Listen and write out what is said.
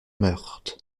meurthe